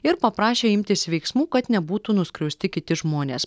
ir paprašė imtis veiksmų kad nebūtų nuskriausti kiti žmonės